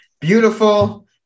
Beautiful